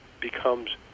becomes